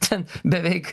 ten beveik